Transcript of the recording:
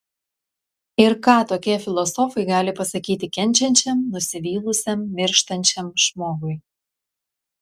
ir ką tokie filosofai gali pasakyti kenčiančiam nusivylusiam mirštančiam žmogui